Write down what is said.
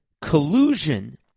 collusion